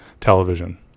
television